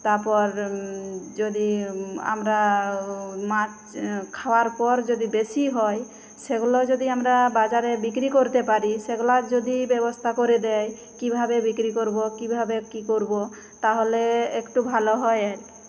তারপর যদি আমরা মাছ খাওয়ার পর যদি বেশি হয় সেগুলো যদি আমরা বাজারে বিক্রি করতে পারি সেগুলার যদি ব্যবস্থা করে দেয় কীভাবে বিক্রি করবো কীভাবে কী করবো তাহলে একটু ভালো হয় আর কি